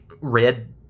red